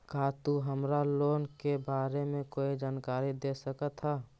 का तु हमरा लोन के बारे में कोई जानकारी दे सकऽ हऽ?